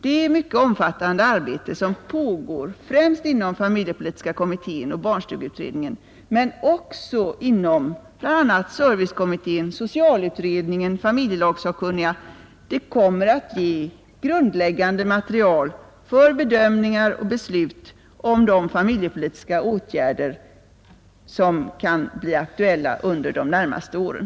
Det mycket omfattande arbetet — som pågår främst inom familjepolitiska kommittén och barnstugeutredningen men också inom bl.a. servicekommittén, socialutredningen och familjelagssakkunniga — kommer att ge grundläggande material för bedömningar och beslut om de familjepolitiska åtgärder som kan bli aktuella under de närmaste åren.